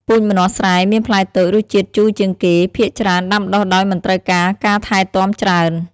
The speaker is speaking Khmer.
ពូជម្នាស់ស្រែមានផ្លែតូច រសជាតិជូរជាងគេ ភាគច្រើនដាំដុះដោយមិនត្រូវការការថែទាំច្រើន។